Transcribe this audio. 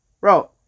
bro